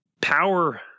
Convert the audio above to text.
power